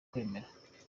kwemera